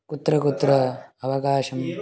कुत्र कुत्र अवकाशः